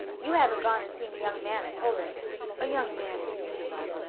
you haven't gone and seen a young man and told him a young man, indeed!